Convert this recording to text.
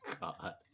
God